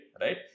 right